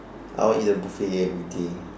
I'll eat a buffet everyday